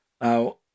Now